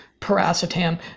paracetam